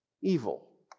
evil